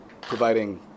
providing